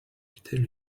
tell